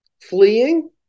fleeing